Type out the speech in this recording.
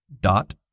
dot